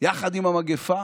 יחד עם המגפה,